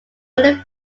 only